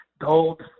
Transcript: gold